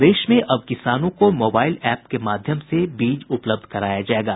प्रदेश में अब किसानों को मोबाईल एप के माध्यम से बीज उपलब्ध कराया जायेगा